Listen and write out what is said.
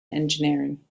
engineering